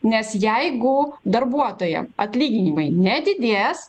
nes jeigu darbuotojam atlyginimai nedidės